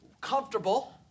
comfortable